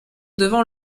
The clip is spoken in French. devant